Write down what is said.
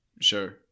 Sure